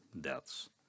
deaths